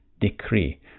decree